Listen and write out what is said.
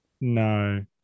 No